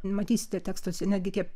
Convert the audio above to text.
matysite tekstuose netgi tie